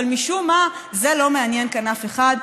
אבל משום מה זה לא מעניין כאן אף אחד.